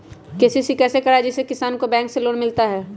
KCC कैसे कराये जिसमे किसान को बैंक से लोन मिलता है?